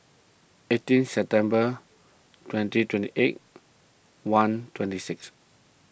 eighteen September twenty twenty eight one twenty six